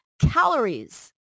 Calories